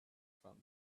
from